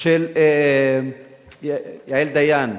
של יעל דיין,